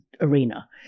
arena